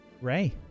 Ray